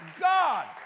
God